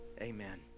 Amen